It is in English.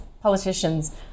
politicians